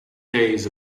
days